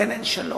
לכן אין שלום.